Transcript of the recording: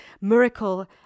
miracle